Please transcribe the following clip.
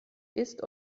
ist